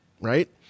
right